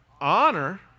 Honor